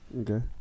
Okay